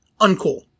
uncool